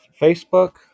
Facebook